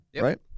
right